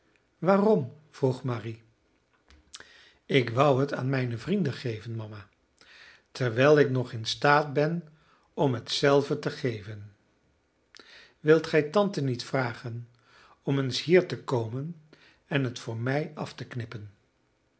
waarom vroeg marie ik wou het aan mijne vrienden geven mama terwijl ik nog in staat ben om het zelve te geven wilt gij tante niet vragen om eens hier te komen en het voor mij af te knippen